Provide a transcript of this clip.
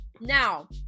now